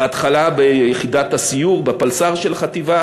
בהתחלה ביחידת הסיור בפלס"ר של החטיבה